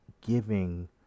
giving